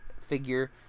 figure